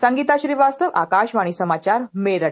संगीता श्रीवास्तव आकाशवाणी समाचार मेरठ